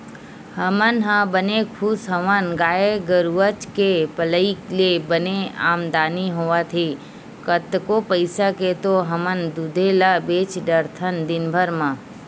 हमन ह बने खुस हवन गाय गरुचा के पलई ले बने आमदानी होवत हे कतको पइसा के तो हमन दूदे ल बेंच डरथन दिनभर म